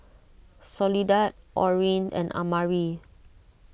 Soledad Orene and Amari